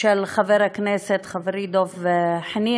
של חבר הכנסת חברי דב חנין.